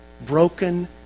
broken